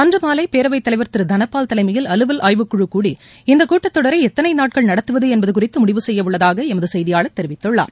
அன்று மாலை பேரவைத் தலைவர் திரு தனபால் தலைமையில் அலுவல் ஆய்வுக்குழுக் கூடி இந்த கூட்டத்தொடரை எத்தனை நாட்கள் நடத்துவது என்பது குறித்து முடிவு செய்யவுள்ளதாக எமது செய்தியாளர் தெரிவிக்கிறார்